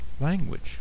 language